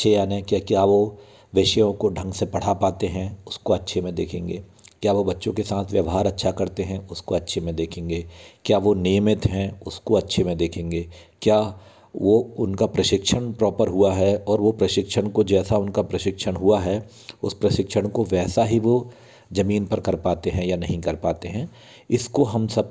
अच्छे यानि की क्या वो विषयों को ढंग से पढ़ा पाते हैं उसको अच्छे में देखेंगे क्या वो बच्चों के साथ व्यवहार अच्छा करते हैं उसको अच्छे में देखेंगे क्या वो नियमित है उसको अच्छी में देखेंगे क्या वो उनका प्रशिक्षण प्रॉपर हुआ है और वो प्रशिक्षण को जैसा उनका प्रशिक्षण हुआ है उस प्रशिक्षण को वैसा ही वो जमीन पर कर पाते हैं या नहीं कर पाते हैं इसको हम सब